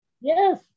Yes